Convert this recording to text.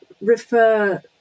refer